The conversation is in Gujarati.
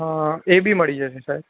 હા એ બી મળી જશે સર